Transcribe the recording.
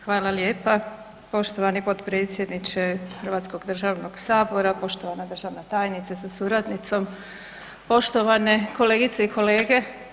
Hvala lijepa poštovani potpredsjedniče Hrvatskog državnog sabora, poštovana državna tajnice sa suradnicom, poštovane kolegice i kolege.